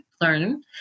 learn